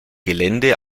gelände